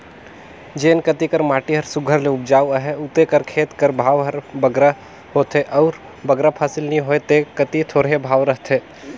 जेन कती कर माटी हर सुग्घर ले उपजउ अहे उते कर खेत कर भाव हर बगरा होथे अउ बगरा फसिल नी होए ते कती थोरहें भाव रहथे